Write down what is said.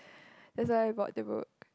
that's why I bought the book